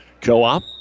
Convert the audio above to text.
co-op